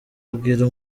abwira